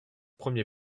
premier